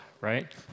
right